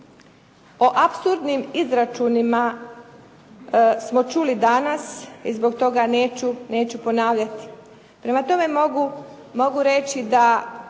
O apsurdnim izračunima smo čuli danas i zbog toga neću ponavljati. Prema tome, mogu reći da